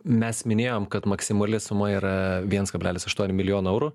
mes minėjom kad maksimali suma yra viens kablelis aštuoni milijono eurų